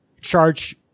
charge